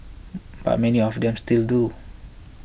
but many of them still do